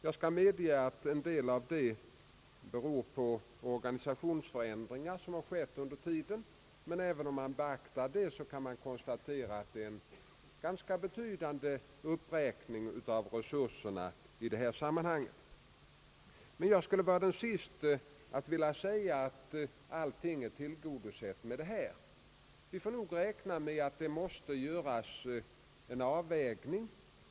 Jag skall medge att en del av denna ökning beror på organisationsförändringar, som skett under tiden, men även om man beaktar detta kan man konstatera att det blivit en betydande uppräkning av resurserna. Men jag skulle vara den siste att vilja säga att alla önskemål därmed är tillgodosedda. Vi får dock räkna med att det måste göras en avvägning.